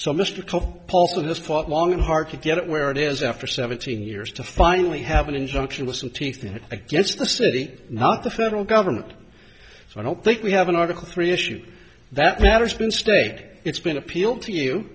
so mr paulson this pot long and hard to get it where it is after seventeen years to finally have an injunction with some teeth against the city not the federal government so i don't think we have an article three issues that matter has been stayed it's been appealed to you